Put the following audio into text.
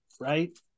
right